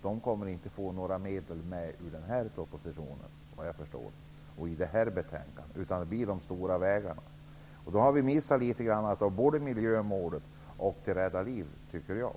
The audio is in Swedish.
De kommer inte att få några medel genom den här propositionen eller det här betänkandet, vad jag förstår. Det blir de stora vägarna som får något. Då har vi missat litet av både miljömålet och möjligheten att rädda liv, tycker jag.